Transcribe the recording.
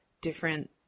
different